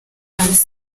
mazi